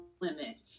limit